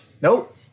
Nope